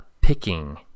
picking